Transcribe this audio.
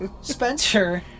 Spencer